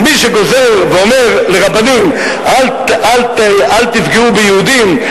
אז מי שגוזר ואומר לרבנים: אל תפגעו ביהודים,